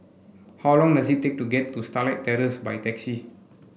how long does it take to get to Starlight Terrace by taxi